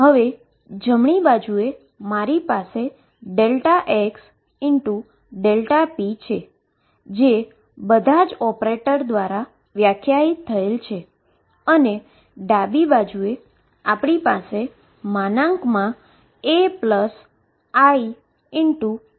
હવે જમણી બાજુએ મારી પાસે Δx Δp છે જે બધા જ ઓપરેટર દ્વારા વ્યાખ્યાયિત થયેલ છે અને હવે ડાબી બાજુ આપણી પાસે ai2 છે